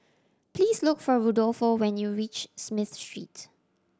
please look for Rudolfo when you reach Smith Street